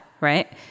right